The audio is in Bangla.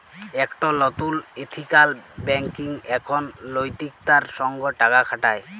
একট লতুল এথিকাল ব্যাঙ্কিং এখন লৈতিকতার সঙ্গ টাকা খাটায়